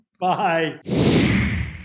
Bye